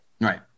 right